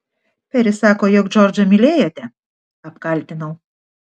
peris sako jog džordžą mylėjote apkaltinau